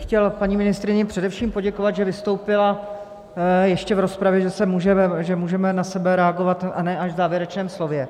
Chtěl bych paní ministryni především poděkovat, že vystoupila ještě v rozpravě, že můžeme na sebe reagovat, a ne až v závěrečném slově.